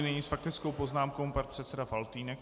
Nyní s faktickou poznámkou pan předseda Faltýnek.